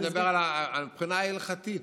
אני מדבר מבחינה הלכתית.